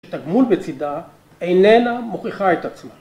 ‫הגמול בצדה איננה מוכיחה את עצמה.